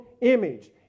image